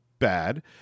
bad